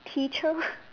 teacher